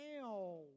now